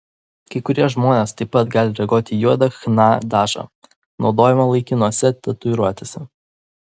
kai kurie žmonės taip pat gali reaguoti į juodą chna dažą naudojamą laikinose tatuiruotėse